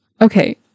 okay